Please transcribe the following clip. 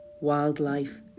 wildlife